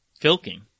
filking